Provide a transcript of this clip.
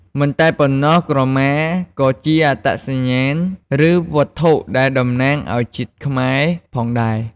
មិនតែប៉ុណ្ណោះក្រមា ក៏ជាអត្តសញ្ញាណ ឬវត្ថុដែលតំណាងឲ្យជាតិខ្មែរផងដែរ។